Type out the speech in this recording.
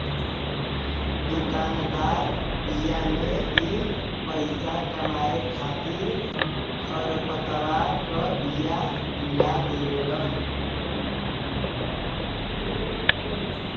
दुकानदार बिया में भी पईसा कमाए खातिर खरपतवार क बिया मिला देवेलन